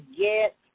get